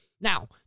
Now